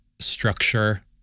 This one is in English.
structure